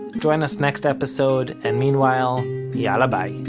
join us next episode, and meanwhile yalla bye